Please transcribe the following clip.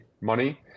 money